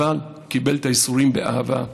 קיבל את הייסורים באהבה.